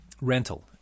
rental